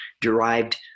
derived